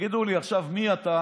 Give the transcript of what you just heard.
תגיד לי עכשיו מי אתה,